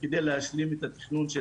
על מנת להשלים התכנון של